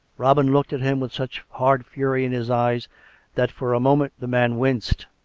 robin looked at him with such hard fury in his eyes that for a moment the man winced.